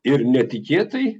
ir netikėtai